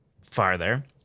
farther